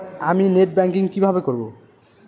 আমি net banking কিভাবে করব?